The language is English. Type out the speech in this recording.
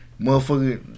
Motherfucker